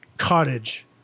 cottage